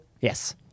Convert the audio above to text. Yes